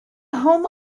home